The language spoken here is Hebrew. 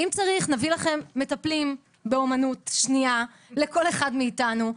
אם צריך, נביא לכם מטפלים באמנות, לכל אחד מאתנו.